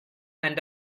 end